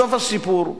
סוף הסיפור הוא